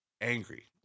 angry